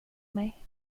mig